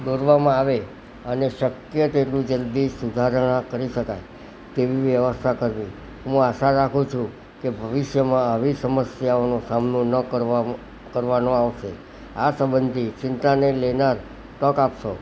દોરવામાં આવે અને શક્ય તેટલું જલદી સુધારણા કરી શકાય તેવી વ્યવસ્થા કરવી હું આશા રાખું છું કે ભવિષ્યમાં આવી સમસ્યાઓનો સામનો ન કરવામાં કરવાનો આવશે આ સબંધી ચિંતાને લેનાર તક આપશો